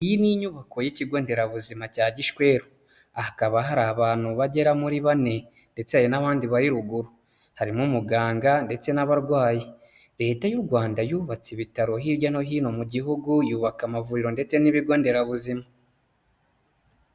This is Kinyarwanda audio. Iyi ni inyubako y'ikigo nderabuzima cya Gishweru. Hakaba hari abantu bagera muri bane ndetse hari n'ahandi bari ruguru, harimo umuganga ndetse n'abarwayi. Leta y'u Rwanda yubatse ibitaro hirya no hino mu gihugu, yubaka amavuriro ndetse n'ibigo nderabuzima.